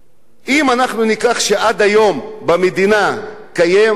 אם עד היום קיים במדינה הפרש,